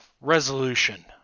Resolution